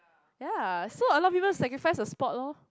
ya so a lot of people sacrifice the sport loh